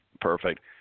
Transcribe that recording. Perfect